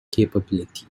capability